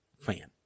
fan